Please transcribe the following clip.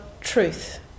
truth